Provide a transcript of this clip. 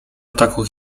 ataku